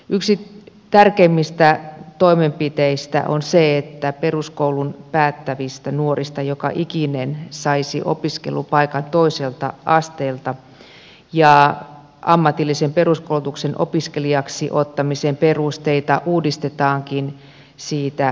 yksi tärkeimmistä toimenpiteistä on se että peruskoulun päättävistä nuorista joka ikinen saisi opiskelupaikan toiselta asteelta ja ammatillisen peruskoulutuksen opiskelijaksi ottamisen perusteita uudistetaankin siitä syystä